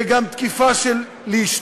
זאת גם תקיפה של להשתלט,